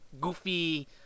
goofy